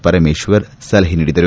ಪರಮೇಶ್ವರ್ ಸಲಹೆ ನೀಡಿದರು